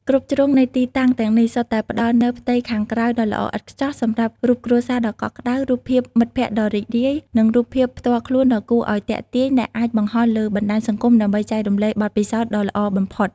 គ្រប់ជ្រុងនៃទីតាំងទាំងនេះសុទ្ធតែផ្តល់នូវផ្ទៃខាងក្រោយដ៏ល្អឥតខ្ចោះសម្រាប់រូបគ្រួសារដ៏កក់ក្តៅ រូបភាពមិត្តភក្តិដ៏រីករាយ ឬរូបភាពផ្ទាល់ខ្លួនដ៏គួរឲ្យទាក់ទាញដែលអាចបង្ហោះលើបណ្តាញសង្គមដើម្បីចែករំលែកបទពិសោធន៍ដ៏ល្អបំផុត។